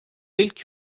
ilk